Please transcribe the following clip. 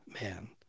man